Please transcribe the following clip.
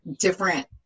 different